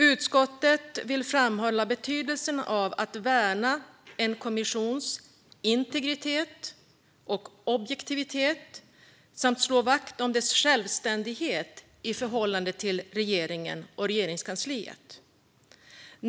Utskottet vill framhålla betydelsen av att värna en kommissions integritet och objektivitet samt slå vakt om dess självständighet i förhållande till regeringen och Regeringskansliet.